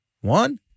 One